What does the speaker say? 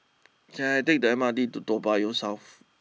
can I take the M R T to Toa Payoh South